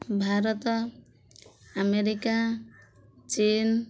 Bharat America ଚୀନ୍